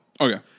Okay